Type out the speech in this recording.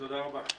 תודה רבה.